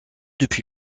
depuis